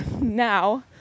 now